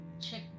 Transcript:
Check